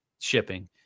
shipping